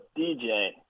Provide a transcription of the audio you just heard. DJ